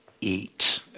eat